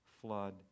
flood